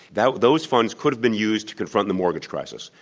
that, those funds could have been used to confront the mortgage crisis.